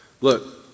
Look